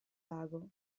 lago